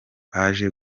baje